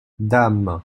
dame